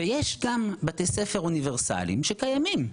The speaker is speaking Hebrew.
יש גם בתי ספר אוניברסליים שקיימים.